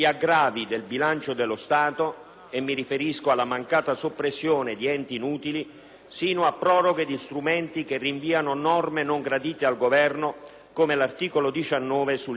- mi riferisco alla mancata soppressione di enti inutili - fino a proroghe di strumenti che rinviano a norme non graditeal Governo, come l'articolo 19 sulle azioni collettive risarcitorie.